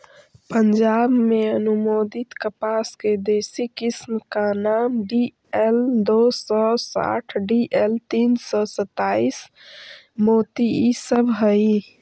पंजाब में अनुमोदित कपास के देशी किस्म का नाम डी.एल दो सौ साठ डी.एल तीन सौ सत्ताईस, मोती इ सब हई